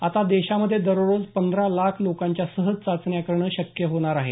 आता देशामधे दररोज पंधरा लाख लोकांच्या सहज चाचण्या शक्य होत आहेत